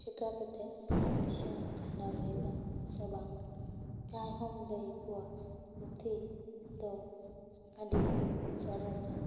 ᱪᱤᱠᱟᱹ ᱠᱟᱛᱮ ᱡᱤᱭᱚᱱ ᱠᱷᱟᱸᱱᱰᱟᱣ ᱦᱩᱭᱩᱼᱟ ᱥᱮ ᱵᱟᱝ ᱡᱟᱦᱟᱸᱭ ᱦᱚᱢ ᱞᱟᱹᱭ ᱟᱠᱚᱼᱟ ᱡᱮ ᱯᱩᱛᱷᱤ ᱫᱚ ᱟᱹᱰᱤ ᱥᱚᱨᱮᱥᱼᱟ